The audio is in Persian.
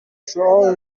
شعاع